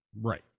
Right